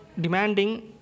demanding